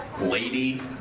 Lady